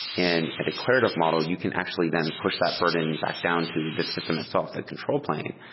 in a declarative model, you can actually then push that burden back down to the system itself, that control plane,